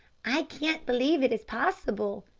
i can't believe it is possible.